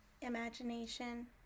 imagination